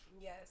Yes